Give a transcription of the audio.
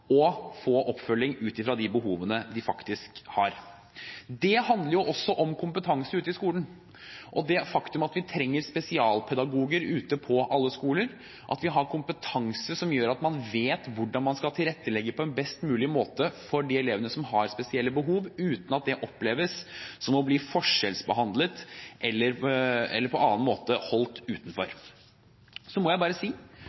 og få oppfølging ut fra de behovene de faktisk har. Det handler også om kompetanse ute i skolen og det faktum at vi trenger spesialpedagoger ute på alle skoler, at vi har kompetanse som gjør at man vet hvordan man skal tilrettelegge på en best mulig måte for de elevene som har spesielle behov, uten at det oppleves som å bli forskjellsbehandlet eller på annen måte holdt